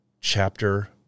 chapter